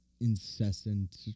incessant-